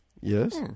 Yes